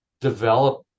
develop